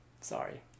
Sorry